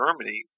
Germany